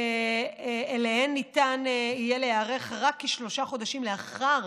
שאליהן יהיה ניתן להיערך רק כשלושה חודשים לאחר